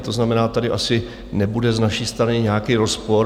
To znamená, tady asi nebude z naší strany nějaký rozpor.